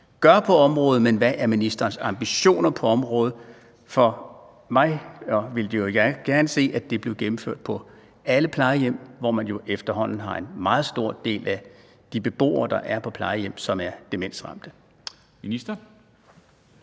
gør på området, men hvad er ministerens ambitioner på området? Jeg ville jo gerne se, at det blev gennemført på alle plejehjem, hvor man efterhånden har en meget stor del af beboerne, som er demensramte.